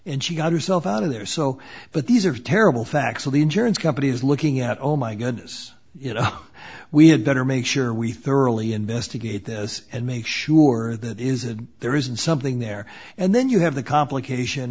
and she got herself out of there so but these are terrible facts of the insurance companies looking at oh my goodness you know we had better make sure we thoroughly investigate this and make sure that is that there isn't something there and then you have the complication